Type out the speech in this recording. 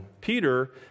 Peter